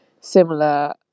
similar